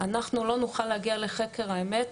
אנחנו לא נוכל להגיע לחקר האמת,